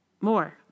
more